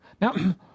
Now